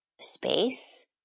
space